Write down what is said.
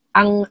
ang